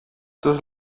τους